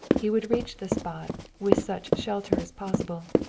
he would reach the spot, with such shelter as possible,